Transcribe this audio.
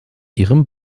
ihrem